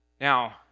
Now